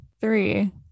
three